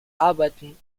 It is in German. arbeiten